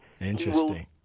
Interesting